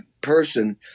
person